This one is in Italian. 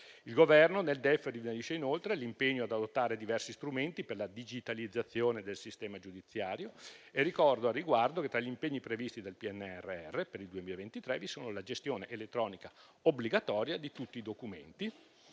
Il Governo nel DEF ribadisce inoltre l'impegno ad adottare diversi strumenti per la digitalizzazione del sistema giudiziario. Ricordo al riguardo che, tra gli impegni previsti dal PNRR per il 2023, vi sono la gestione elettronica obbligatoria di tutti i documenti,